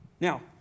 Now